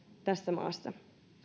tässä maassa